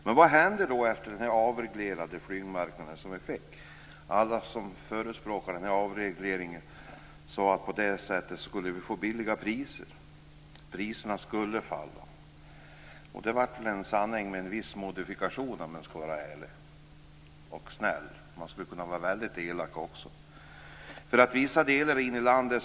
Men vad hände då efter den här avregleringen av flygmarknaden som vi fick? Alla som förespråkade avregleringen sade att vi skulle få låga priser på det här sättet. Priserna skulle falla. Det blev väl en sanning med viss modifikation om man skall vara ärlig - och snäll. Man skulle kunna vara väldigt elak också. Man kan se på vissa delar i landet.